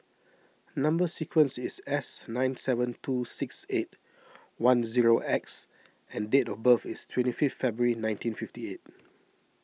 Number Sequence is S nine seven two six eight one zero X and date of birth is twenty fifth February nineteen fifty eight